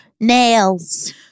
Nails